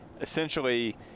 essentially